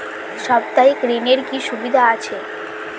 সাপ্তাহিক ঋণের কি সুবিধা আছে?